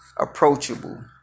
approachable